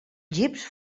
jeeps